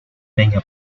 peña